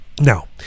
now